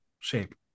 Shape